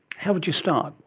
how would you start?